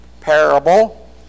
parable